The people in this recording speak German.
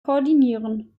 koordinieren